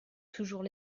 toujours